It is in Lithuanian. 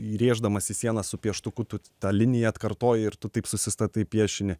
įrėždamas į sieną su pieštuku tu tą liniją atkartoji ir tu taip susistatai piešinį